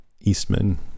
Eastman